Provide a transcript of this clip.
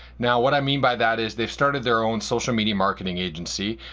now what i mean by that is they've started their own social media marketing agency.